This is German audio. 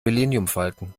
millenniumfalken